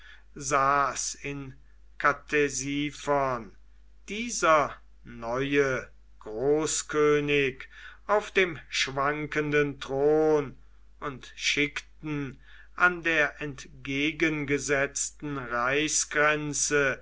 saß in ktesiphon dieser neue großkönig auf dem schwankenden thron und schickten an der entgegengesetzten